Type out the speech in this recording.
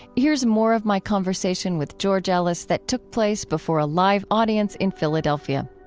here's more of my conversation with george ellis that took place before a live audience in philadelphia